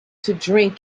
something